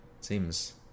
seems